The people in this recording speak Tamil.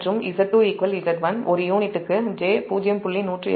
மற்றும் Z2 Z1 ஒரு யூனிட்டுக்கு j0